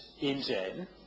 engine